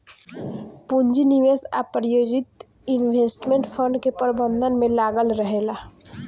पूंजी निवेश आ प्रायोजित इन्वेस्टमेंट फंड के प्रबंधन में लागल रहेला